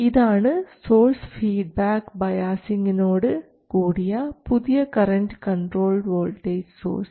ഇതാണ് source feedback ബയാസിങ്ങോട് കൂടിയ പുതിയ കറൻറ്റ് കൺട്രോൾ വോൾട്ടേജ് സോഴ്സ്